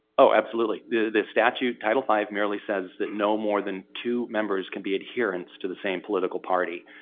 ah absolutely, the statute, title five merely says that no more than two members can be adherence to the same political party.